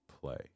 play